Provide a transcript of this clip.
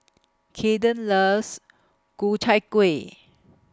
Kayden loves Ku Chai Kueh